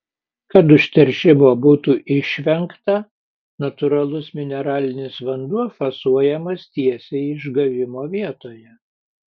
kad užteršimo būtų išvengta natūralus mineralinis vanduo fasuojamas tiesiai išgavimo vietoje